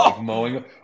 mowing